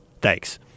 Thanks